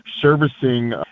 servicing